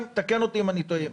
תקן אותי אם אני טועה.